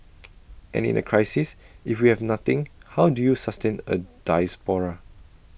and in A crisis if we have nothing how do you sustain A diaspora